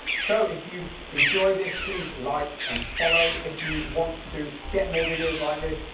so if you've enjoyed this, please like and follow. if you want to get more videos like this,